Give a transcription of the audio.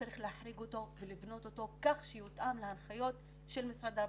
צריך להחריג אותו ולבנות אותו כך שיותאם להנחיות של משרד הבריאות,